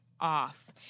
off